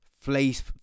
face